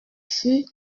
fut